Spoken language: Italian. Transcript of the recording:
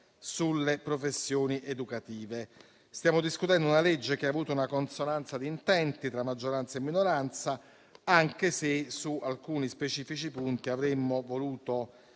sulle professioni educative. Stiamo discutendo un disegno di legge che ha avuto una consonanza di intenti tra maggioranza e minoranza, anche se su alcuni specifici punti avremmo voluto